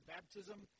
Baptism